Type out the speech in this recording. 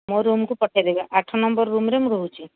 ମୋ ରୁମକୁ ପଠେଇଦେବେ ଆଠ ନମ୍ବର ରୁମ୍ରେ ମୁଁ ରହୁଛି